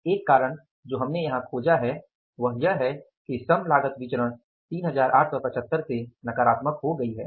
एक कारण जो हमने यहाँ खोजा है वह यह है कि श्रम लागत विचरण 3875 से नकारात्मक हो गई है